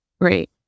Great